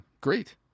great